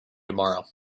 tomorrow